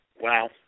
Wow